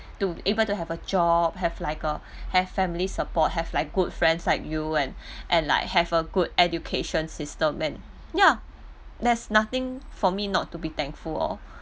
to able to have a job have like uh have family support have like good friends like you and and like have a good education system and ya there's nothing for me not to be thankful lor